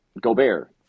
Gobert